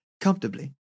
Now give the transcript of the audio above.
comfortably